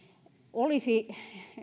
olisi